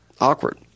awkward